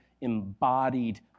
embodied